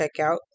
checkout